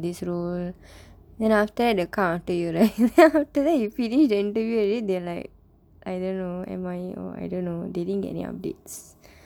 this role then after that they come after you right then after that you finish the interview already they like I don't know am I in or I don't know they didn't get any updates